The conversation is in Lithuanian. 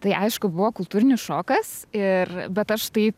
tai aišku buvo kultūrinis šokas ir bet aš tai